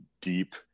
deep